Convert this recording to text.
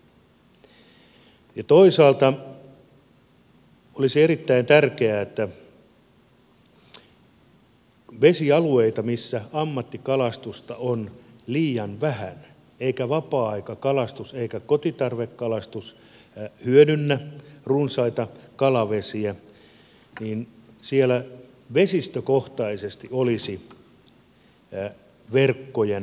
toisaalta olisi erittäin tärkeää että niillä vesialueilla missä ammattikalastusta on liian vähän eikä vapaa aikakalastus eikä kotitarvekalastus hyödynnä runsaita kalavesiä vesistökohtaisesti olisi verkkojen lupamaksut